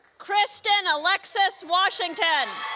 christin alexis washington